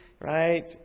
Right